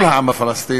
כל העם הפלסטיני.